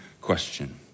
question